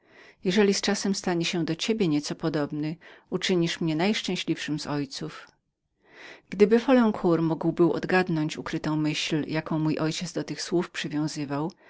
jeżeli z czasem stanie się do ciebie nieco podobnym uczynisz mnie najszczęśliwszym z ojców gdyby folencour mógł był odgadnąć ukrytą myśl jaką mój ojciec do tych słów przywiązywał